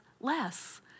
less